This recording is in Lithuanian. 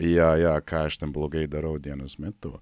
ja ja ką aš ten blogai darau dienos metu